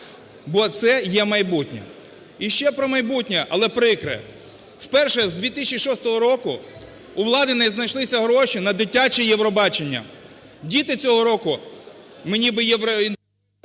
бо це є майбутнє. І ще про майбутнє, але прикре. Вперше з 2006 року у влади не знайшлися гроші на дитяче Євробачення. Діти цього року, ми ніби…